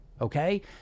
okay